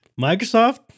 Microsoft